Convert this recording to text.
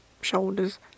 shoulders